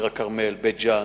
מע'אר, עיר-הכרמל, בית-ג'ן,